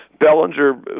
Bellinger